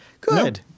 good